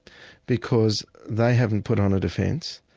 because they haven't put on a defence,